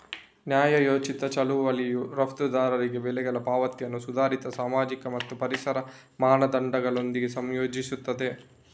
ನ್ಯಾಯೋಚಿತ ಚಳುವಳಿಯು ರಫ್ತುದಾರರಿಗೆ ಬೆಲೆಗಳ ಪಾವತಿಯನ್ನು ಸುಧಾರಿತ ಸಾಮಾಜಿಕ ಮತ್ತು ಪರಿಸರ ಮಾನದಂಡಗಳೊಂದಿಗೆ ಸಂಯೋಜಿಸುತ್ತದೆ